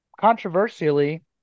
controversially